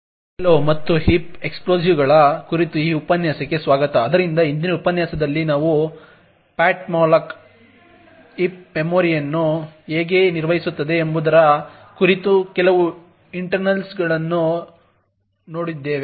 hello ಮತ್ತು heap ಎಕ್ಸ್ಪ್ಲೋಯಿಟ್ಗಳ ಕುರಿತು ಈ ಉಪನ್ಯಾಸಕ್ಕೆ ಸ್ವಾಗತ ಆದ್ದರಿಂದ ಹಿಂದಿನ ಉಪನ್ಯಾಸದಲ್ಲಿ ನಾವು ptmalloc ಹೀಪ್ ಮೆಮೊರಿಯನ್ನು ಹೇಗೆ ನಿರ್ವಹಿಸುತ್ತದೆ ಎಂಬುದರ ಕುರಿತು ಕೆಲವು ಇಂಟರ್ನಲ್ಗಳನ್ನು ನೋಡಿದ್ದೇವೆ